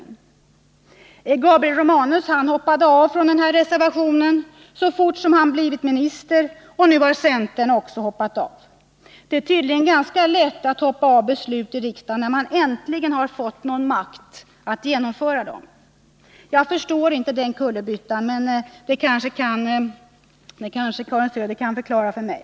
Gabriel Romanus hoppade av från denna reservation så fort han blev minister, och nu har också centern hoppat av. Det är tydligen ganska lätt att hoppa av beslut i riksdagen när man äntligen har fått makt att genomföra dem. Jag förstår inte den kullerbyttan, men kanske Karin Söder kan förklara den för mig.